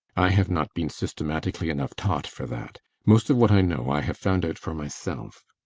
i have not been systematically enough taught for that. most of what i know i have found out for myself.